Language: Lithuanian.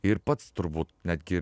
ir pats turbūt netgi